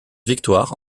victoire